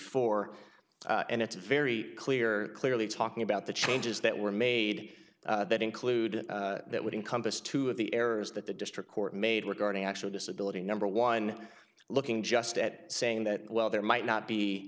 four and it's very clear clearly talking about the changes that were made that included that would encompass two of the errors that the district court made regarding actual disability number one looking just at saying that well there might not be